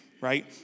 right